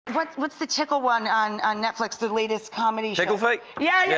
what's what's the tickle one on netflix, the latest comedy? tickle fight? yeah, yeah!